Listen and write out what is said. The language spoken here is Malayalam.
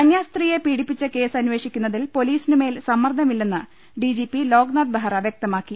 കന്യാസ്ത്രീയെ പീഡിപ്പിച്ച കേസ് അന്വേഷിക്കുന്നതിൽ പൊലീസിനുമേൽ സമ്മർദ്ദമില്ലെന്ന് ഡിജിപി ലോക്നാഥ് ബെഹ്റ വ്യക്തമാക്കി